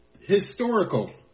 historical